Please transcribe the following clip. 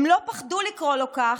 הם לא פחדו לקרוא לו כך,